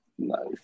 Nice